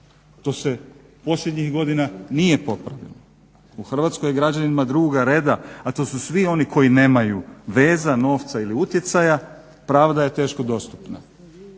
To se posljednjih godina nije popravilo. U Hrvatskoj je građanima drugoga reda, a to su svi oni koji nemaju veza, novca ili utjecaja, pravda je teško dostupna.